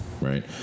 right